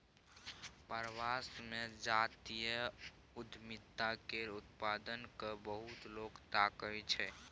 प्रवास मे जातीय उद्यमिता केर उत्पाद केँ बहुत लोक ताकय छै